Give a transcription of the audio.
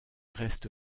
reste